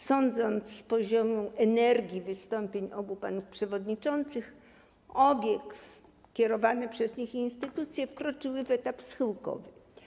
Sądząc z poziomu energii wystąpień obu panów przewodniczących, obie kierowane przez nich instytucje wkroczyły w etap schyłkowy.